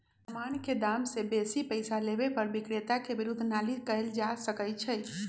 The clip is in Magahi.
समान के दाम से बेशी पइसा लेबे पर विक्रेता के विरुद्ध नालिश कएल जा सकइ छइ